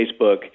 Facebook